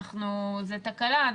זה תקלה.